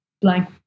blank